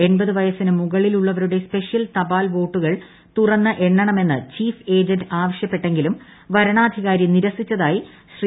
എൺപത് വയസിന് മുകളിലുള്ളവരുടെ സ്പെഷ്യൽ തപാൽവോട്ടുകൾ തുറസ്സ്ട് എ്ണ്ണമെന്ന് ചീഫ് ഏജന്റ് ആവശ്യപ്പെട്ടെങ്കിലും വരണ്ണാധികാരി നിരസിച്ചതായി ശ്രീ